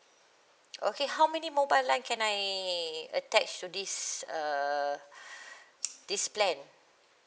okay how many mobile line can I attach to this uh this plan